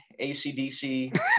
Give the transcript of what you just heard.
acdc